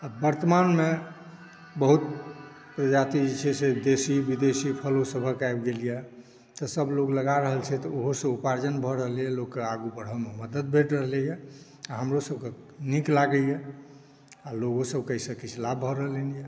आओर वर्तमानमे बहुत प्रजाति जे छै से देशी विदेशी फलोसभक आबि गेलैए तऽ सभ लोक लगा रहल छथि ओहोसँ उपार्जन भए रहलैए लोकके आगू बढ़यमे मदति भेट रहलैए आओर हमरोसभके नीक लगैए आओर लोकोसभके एहिसँ किछु लाभ भए रहलैए